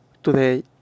Today